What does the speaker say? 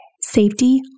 Safety